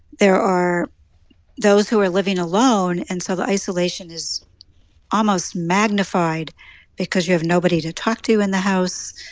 there are those who are living alone, and so the isolation is almost magnified because you have nobody to talk to in the house.